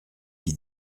qui